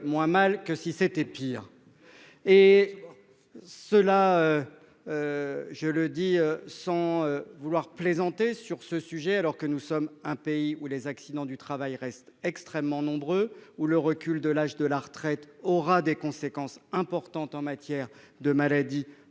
moins mal que si c'était pire ... Je le dis sans plaisanter, alors que dans notre pays les accidents du travail restent extrêmement nombreux et que le recul de l'âge de la retraite aura des conséquences importantes en matière de maladies